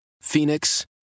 Phoenix